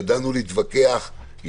ידענו להתווכח,